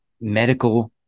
medical